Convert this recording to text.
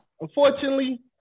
Unfortunately